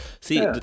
See